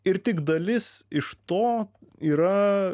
ir tik dalis iš to yra